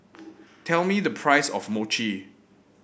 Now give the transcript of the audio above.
tell me the price of Mochi